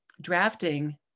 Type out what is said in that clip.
drafting